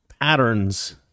patterns